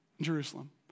Jerusalem